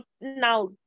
now